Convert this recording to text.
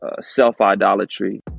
self-idolatry